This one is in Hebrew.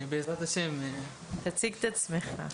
תציג את עצמך.